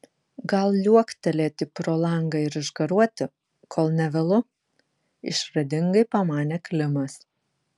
gal liuoktelėti pro langą ir išgaruoti kol ne vėlu išradingai pamanė klimas